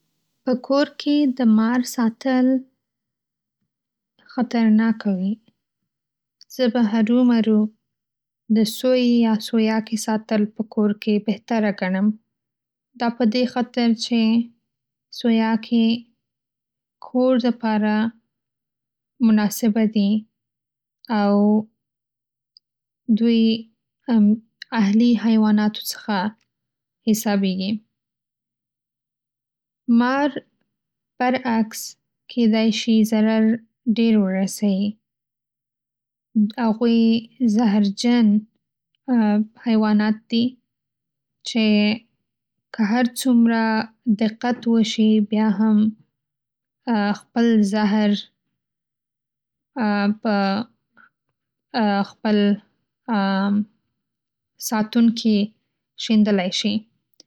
په کور کې د مار ساتل خطرناکه وي.‌ زه به هرومرو د سوی یا سویاکې ساتل په کور کې بهتره ګڼم. دا په دې خاطر چې سویاکې کور د پاره مناسبه دي او دوی اهلي‌ حیواناتو څخه حسابیږي. مار بر عکس کېدای شي ضرر ډېر ورسیي. هغوی زهرجن حیوانات دي چې که هر څومره دقت وشي بیا خپل په خپل ساتونکي شیندلی شي.